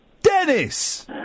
Dennis